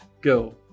Go